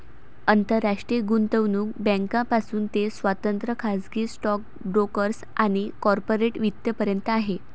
आंतरराष्ट्रीय गुंतवणूक बँकांपासून ते स्वतंत्र खाजगी स्टॉक ब्रोकर्स आणि कॉर्पोरेट वित्त पर्यंत आहे